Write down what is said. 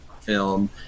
film